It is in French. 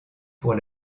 pour